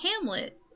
Hamlet